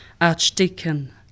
Archdeacon